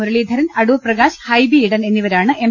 മുരളീധരൻ അടൂർപ്രകാശ് ഹൈബി ഈഡൻ എന്നിവരാണ് എം